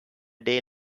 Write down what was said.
day